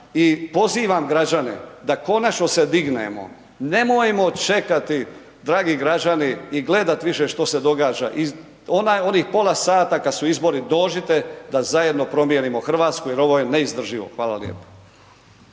i pozivam građane da konačno se dignemo, nemojmo čekati dragi građani i gledati više što se događa i onih pola sata kad su izbori dođite da zajedno promijenimo Hrvatsku jer ovo je neizdrživo. Hvala lijepo.